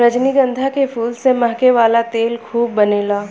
रजनीगंधा के फूल से महके वाला तेल खूब बनेला